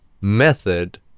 method